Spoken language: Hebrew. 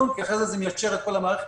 --- כי אחרת זה מיישר את כל המערכת